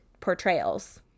portrayals